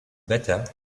better